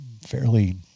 fairly